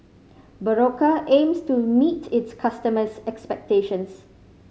Berocca aims to meet its customers' expectations